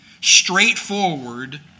straightforward